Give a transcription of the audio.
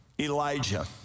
Elijah